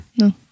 No